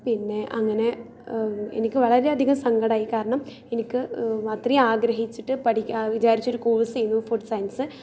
പിന്നെ അങ്ങനെ എനിക്ക് വളരെ അധികം സങ്കടമായി കാരണം എനിക്ക് അത്രയും ആഗ്രഹിച്ചിട്ട് പഠിക്കാൻ വിചാരിച്ച ഒരു കോഴ്സേനു ചെയ്യുന്നു ഫുഡ് സയൻസ്